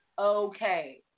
okay